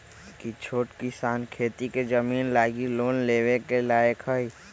कि छोट किसान खेती के जमीन लागी लोन लेवे के लायक हई?